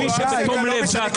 אני שואל שאלות, ואתה מוציא אותי.